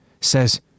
says